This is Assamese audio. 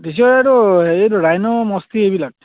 দেশীয় এইটো হেৰিটো ৰাইন' মস্তি এইবিলাক